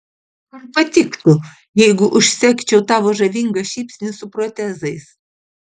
ar patiktų jeigu užsegčiau tavo žavingą šypsnį su protezais